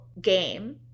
game